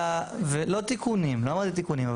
לא תיקונים, לא אמרתי תיקונים.